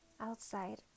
outside